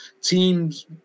teams